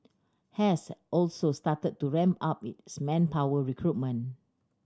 has also started to ramp up its manpower recruitment